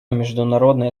международное